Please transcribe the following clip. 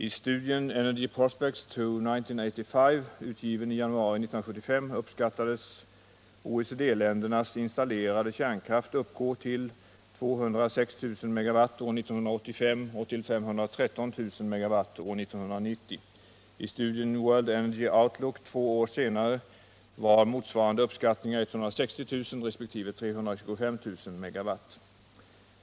I studien Energy prospects to 1985, utgiven i januari 1975, uppskattades OECD-ländernas installerade kärnkraft uppgå till 206 000 MW år 1985 och till 513 000 MW år 1990. I studien World Energy Outlook två år senare var motsvarande uppskattningar 160 000 resp. 325 000 MW.